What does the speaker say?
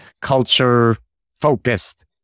culture-focused